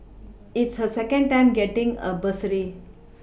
it's her second time getting a bursary